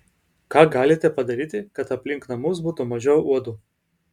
ką galite padaryti kad aplink namus būtų mažiau uodų